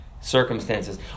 circumstances